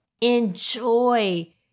Enjoy